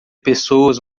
pessoas